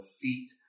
feet